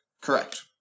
correct